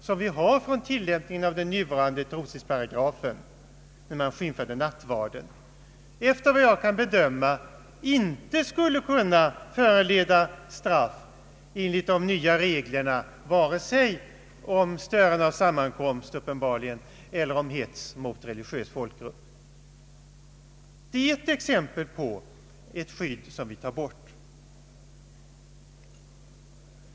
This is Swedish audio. som finns från tillämpningen av den nuvarande trosfridsparagrafen — det gällde skymf av nattvarden — efter vad jag kan bedöma inte skulle kunna föranleda straff enligt de föreslagna reglerna vare sig om störande av sammankomst eller om hets mot religiös folkgrupp. Det är ett exempel på ett skydd som vi tar bort.